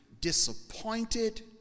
disappointed